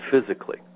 physically